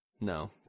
No